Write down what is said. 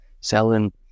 selling